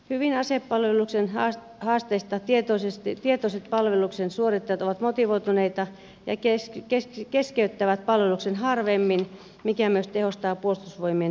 hyvin asepalveluksen haasteista tietoiset palveluksen suorittajat ovat motivoituneita ja keskeyttävät palveluksen harvemmin mikä myös tehostaa puolustusvoimien toimintaa